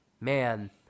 Man